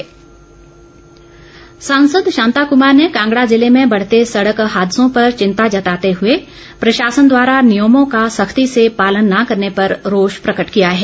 शांता कुमार सांसद शांता कुमार ने कांगड़ा जिले में बढ़ते सड़क हादसों पर चिंता जताते हुए प्रशासन द्वारा नियमों का सख्ती से पालन न करने पर रोष प्रकट किया है